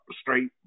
straight